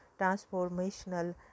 transformational